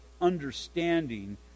understanding